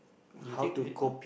you think it